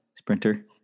Sprinter